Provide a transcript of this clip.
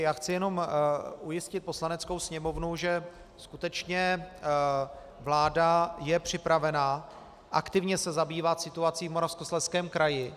Já chci jenom ujistit Poslaneckou sněmovnu, že skutečně vláda je připravena aktivně se zabývat situací v Moravskoslezském kraji.